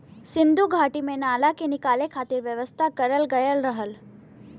सिन्धु घाटी में नाला के निकले खातिर व्यवस्था करल गयल रहल